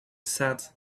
said